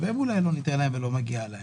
גם להם אולי לא ניתן ולא מגיע להם?